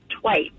twice